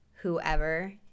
whoever—